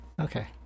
Okay